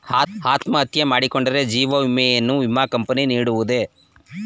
ಅತ್ಮಹತ್ಯೆ ಮಾಡಿಕೊಂಡರೆ ಜೀವ ವಿಮೆಯನ್ನು ವಿಮಾ ಕಂಪನಿ ನೀಡುವುದೇ?